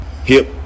Hip